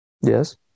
Yes